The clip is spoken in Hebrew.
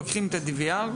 לוקחים את ה-DVR,